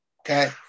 okay